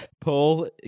Paul